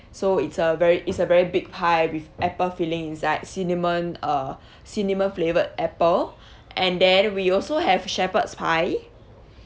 so it's a very it's a very big pie with apple filling inside cinnamon uh cinnamon flavoured apple and then we also have shepherd's pie